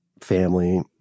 family